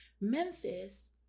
Memphis